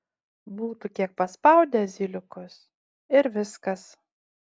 būtų kiek paspaudę zyliukus ir viskas